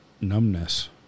numbness